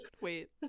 Wait